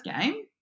game